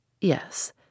Yes